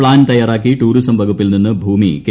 പ്താൻ തയ്യാറാക്കി ടൂറിസം വകുപ്പിൽ നിന്ന് ഭൂമി കെ